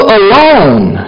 alone